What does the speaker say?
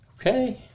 okay